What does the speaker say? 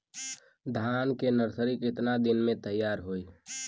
धान के नर्सरी कितना दिन में तैयार होई?